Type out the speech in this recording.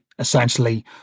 essentially